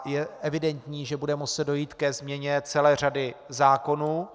Je evidentní, že bude muset dojít ke změně celé řady zákonů.